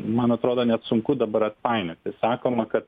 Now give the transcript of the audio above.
man atrodo net sunku dabar atpainiot sakoma kad